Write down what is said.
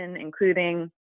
including